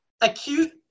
Acute